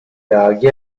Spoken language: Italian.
laghi